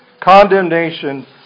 condemnation